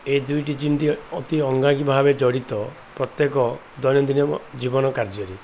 ଏ ଦୁଇଟି ଯେମିତି ଅତି ଅଙ୍ଗା ଅଙ୍ଗୀ ଭାବେ ଜଡ଼ିତ ପ୍ରତ୍ୟେକ ଦୈନନ୍ଦିନ ଜୀବନ କାର୍ଯ୍ୟରେ